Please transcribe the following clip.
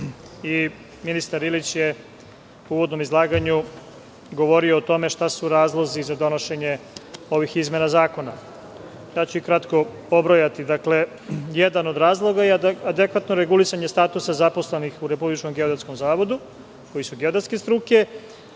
i ministar Ilić je u uvodnom izlaganju govorio o tome šta su razlozi za donošenje ovih izmena zakona, kratko ću ih pobrojati. Jedan od razloga je adekvatno regulisanje statusa zaposlenih u Republičkom geodetskom zavodu, koji su geodetske struke,